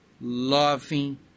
loving